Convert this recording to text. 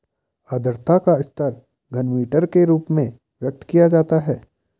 आद्रता का स्तर घनमीटर के रूप में व्यक्त किया जाता है